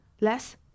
less